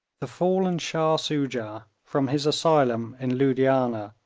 the fallen shah soojah, from his asylum in loodianah,